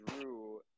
drew